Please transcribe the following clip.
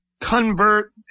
convert